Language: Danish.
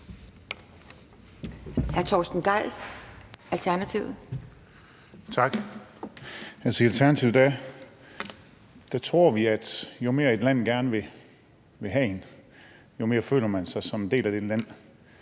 Torsten Gejl (ALT): Tak. I Alternativet tror vi, at jo mere et land gerne vil have en, jo mere føler man sig som en del af det land.